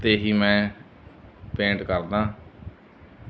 'ਤੇ ਹੀ ਮੈਂ ਪੇਂਟ ਕਰਦਾ